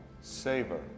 Savor